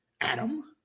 Adam